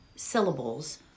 Syllables